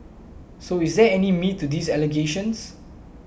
so is there any meat to these allegations